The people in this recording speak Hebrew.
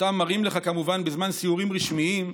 שאותם מראים לך בזמן סיורים רשמיים,